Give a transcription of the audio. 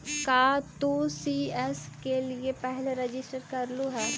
का तू सी.एस के लिए पहले रजिस्टर करलू हल